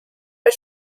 but